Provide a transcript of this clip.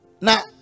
Now